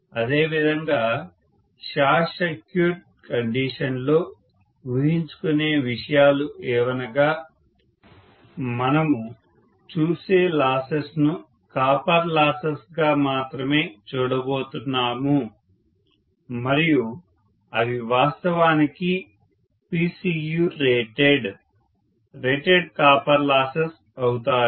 అదేవిధంగా short circuit కండీషన్లో ఊహించుకునే విషయాలు ఏవనగా మనము చూసే లాసెస్ ను కాపర్ లాసెస్ గా మాత్రమే చూడబోతున్నాము మరియు అవి వాస్తవానికి Pcurated రేటెడ్ కాపర్ లాసెస్ అవుతాయి